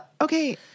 Okay